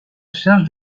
charge